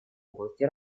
области